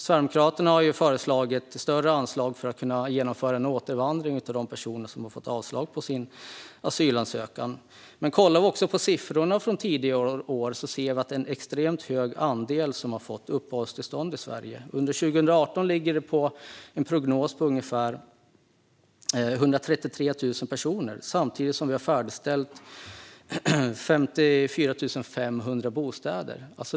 Sverigedemokraterna har ju föreslagit större anslag för att genomföra en återvandring av de personer som har fått avslag på sin asylansökan. Kollar vi på siffrorna från tidigare år ser vi att det är en extremt stor andel som har fått uppehållstillstånd i Sverige. Under 2018 ligger prognosen på ungefär 133 000 personer. Samtidigt har vi färdigställt 54 500 bostäder.